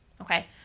Okay